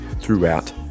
throughout